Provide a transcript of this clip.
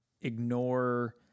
Ignore